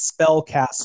spellcaster